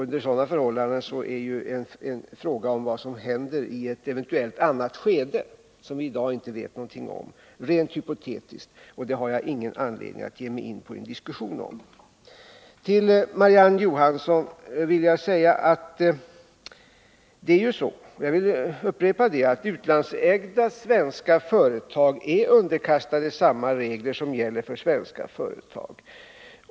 Under sådana förhållanden är en fråga om vad som eventuellt händer i ett skede som vi i dag inte vet någonting om rent hypotetisk, och jag har ingen anledning att ge mig in på en diskussion om detta. Jag vill sedan säga till Marie-Ann Johansson att det förhåller sig så — jag upprepar det — att utlandsägda svenska företag är underkastade samma regler som gäller för svenskägda företag.